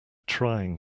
trying